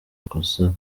kosa